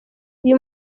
uyu